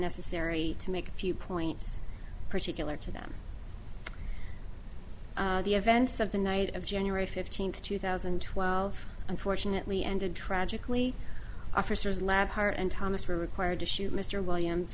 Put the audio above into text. necessary to make a few points particular to them the events of the night of january fifteenth two thousand and twelve unfortunately ended tragically officers lab hart and thomas were required to shoot mr williams